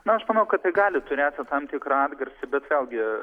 na aš manau kad tai gali turėti tam tikrą atgarsį bet vėlgi